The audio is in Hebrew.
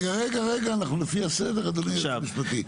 רגע, רגע, אנחנו לפי הסדר, אדוני היועץ המשפטי.